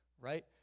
right